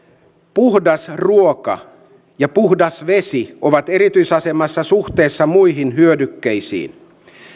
puhdas ruoka ja puhdas vesi ovat erityisasemassa suhteessa muihin hyödykkeisiin